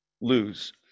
lose